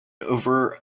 over